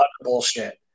bullshit